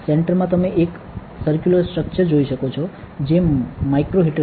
centre માં તમે એક સરક્યુલર સ્ટ્રક્ચર જોઈ શકો છો જે માઇક્રો હીટર છે